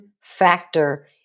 factor